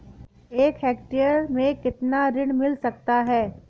एक हेक्टेयर में कितना ऋण मिल सकता है?